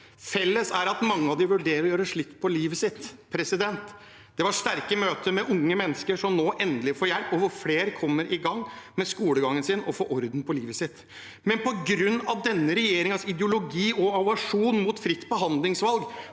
Felles er at mange av dem vurderer å gjøre slutt på livet sitt. Det var sterke møter med unge mennesker som nå endelig får hjelp, og hvor flere kommer i gang med skolegangen og får orden på livet sitt. Men på grunn av denne regjeringens ideologi og aversjon mot fritt behandlingsvalg